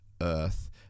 earth